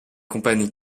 compagnies